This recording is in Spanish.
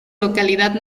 localidad